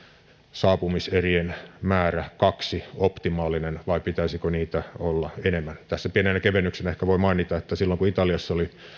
saapumiserien määrä kaksi optimaalinen vai pitäisikö niitä olla enemmän pienenä kevennyksenä ehkä voin mainita että silloin kun italiassa oli